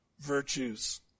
virtues